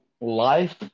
life